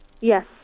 Yes